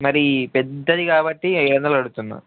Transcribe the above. మరి పెద్దది కాబట్టి ఐదొందలు అడుగుతున్నాను